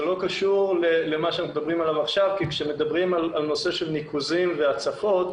זה לא קשור לנושא הדיון כי כאשר מדברים על נושא של ניקוזים והצפות,